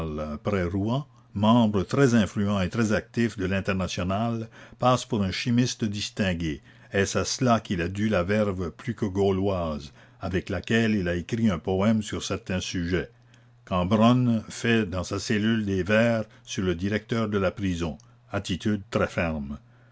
rouen membre très influent et très actif de l'internationale passe pour un chimiste distingué est-ce à cela qu'il a la commune dû la verve plus que gauloise avec laquelle il a écrit un poème sur certain sujet cambronne fait dans sa cellule des vers sur le directeur de la prison attitude très ferme